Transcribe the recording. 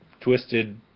twisted